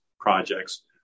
projects